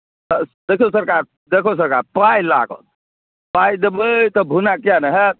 देखियौ सरकार देखियौ सरकार पाइ लागत पाइ देबय तऽ भुन्ना किये ने हैत